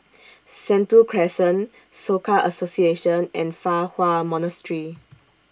Sentul Crescent Soka Association and Fa Hua Monastery